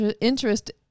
interest